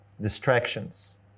distractions